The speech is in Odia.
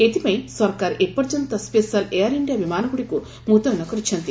ଏଥିପାଇଁ ସରକାର ଏପର୍ଯ୍ୟନ୍ତ ସ୍କେଶାଲ ଏୟାର ଇଣ୍ଡିଆ ବିମାନଗୁଡ଼ିକୁ ମୁତୟନ କରିଛନ୍ତି